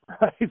Right